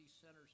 centers